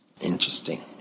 Interesting